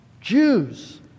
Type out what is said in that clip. Jews